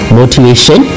motivation